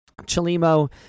Chalimo